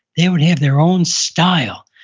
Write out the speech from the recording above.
they would have their own style.